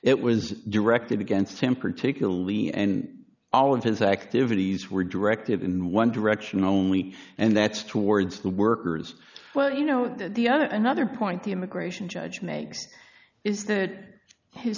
it was directed against him particularly and all of his activities were directed in one direction only and that's towards the workers well you know the other another point the immigration judge makes is that his